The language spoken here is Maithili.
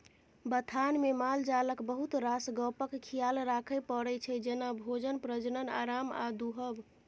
बथानमे मालजालक बहुत रास गप्पक खियाल राखय परै छै जेना भोजन, प्रजनन, आराम आ दुहब